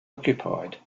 occupied